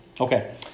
Okay